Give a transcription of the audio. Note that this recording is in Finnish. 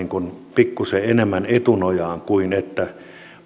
pikkusen enemmän etunojaan kuin että